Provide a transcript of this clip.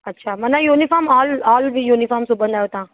अच्छा माना uniform all all बि यूनिफ़ॉम सिबंदा आहियो तव्हां